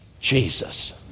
Jesus